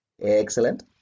Excellent